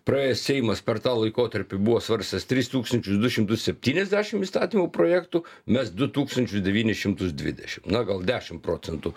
praėjęs seimas per tą laikotarpį buvo svarstęs tris tūkstančius du šimtus septyniasdešimt įstatymų projektų mes du tūkstančius devynis šimtus dvidešimt na gal dešimt procentų